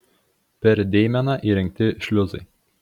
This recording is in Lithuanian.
per deimeną įrengti šliuzai